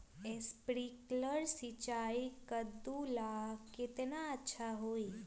Sprinkler सिंचाई कददु ला केतना अच्छा होई?